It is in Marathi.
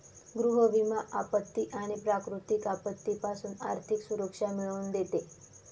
गृह विमा आपत्ती आणि प्राकृतिक आपत्तीपासून आर्थिक सुरक्षा मिळवून देते